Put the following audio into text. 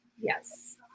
Yes